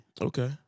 Okay